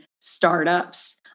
startups